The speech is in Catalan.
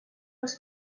els